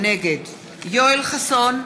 נגד יואל חסון,